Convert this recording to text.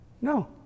No